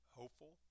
hopeful